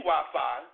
Wi-Fi